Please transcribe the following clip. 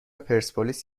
پرسپولیس